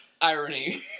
irony